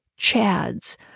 Chads